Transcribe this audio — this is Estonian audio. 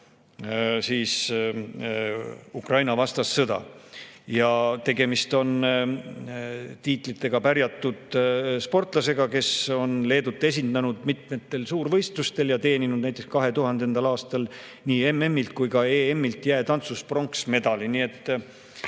ka Ukraina-vastast sõda. Tegemist on tiitlitega pärjatud sportlasega, kes on Leedut esindanud mitmetel suurvõistlustel ja teeninud näiteks 2000. aastal nii MM-ilt kui ka EM-ilt jäätantsus pronksmedali. Väga